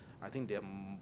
I think they are m~